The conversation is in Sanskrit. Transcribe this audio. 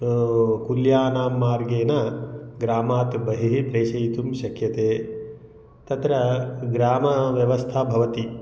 कुल्यानां मार्गेन ग्रामात् बहिः प्रेशयितुं शक्यते तत्र ग्रामव्यवस्था भवति